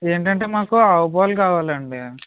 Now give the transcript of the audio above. ఏంటంటే మాకు ఆవు పాలు కావాలి అండి